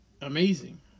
amazing